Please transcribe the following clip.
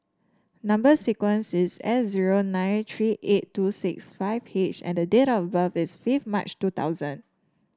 number sequence is S zero nine tree eight two six five H and date of birth is fifth March two thousand